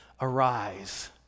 Arise